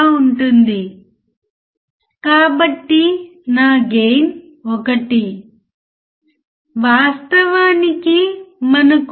చాలా సులభమైన సౌకర్యం ఉందని చూడండి